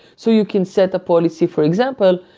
so you can set a policy, for example,